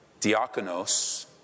Diakonos